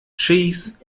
cheese